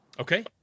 Okay